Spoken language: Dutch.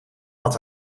had